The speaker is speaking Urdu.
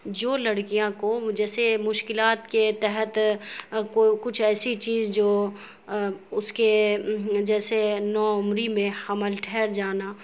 جو لڑکیاں کو جیسے مشکلات کے تحت کچھ ایسی چیز جو اس کے جیسے نوعمری میں حمل ٹھہر جانا